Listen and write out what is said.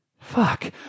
Fuck